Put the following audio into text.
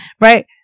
Right